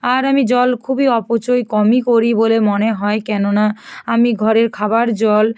আর আমি জল খুবই অপচয় কমই করি বলে মনে হয় কেননা আমি ঘরের খাবার জল